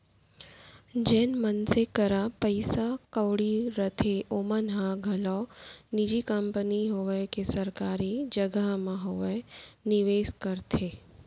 जेन मनसे करा पइसा कउड़ी रथे ओमन ह घलौ निजी कंपनी होवय के सरकारी जघा म होवय निवेस करथे